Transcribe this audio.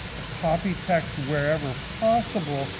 a copy text, wherever possible,